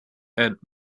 and